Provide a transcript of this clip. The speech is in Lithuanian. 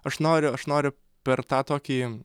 aš noriu aš noriu per tą tokį